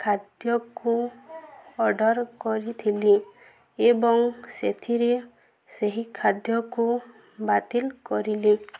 ଖାଦ୍ୟକୁଁ order କରିଥିଲି ଏବଂ ସେଥିରେ ସେହି ଖାଦ୍ୟକୁ ବାତିଲ କରିଲି